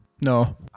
No